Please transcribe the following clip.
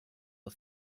but